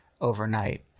Overnight